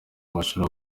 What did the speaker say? amashuri